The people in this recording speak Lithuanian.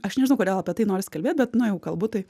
aš nežinau kodėl apie tai noris kalbėt bet na jau kalbu tai